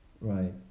Right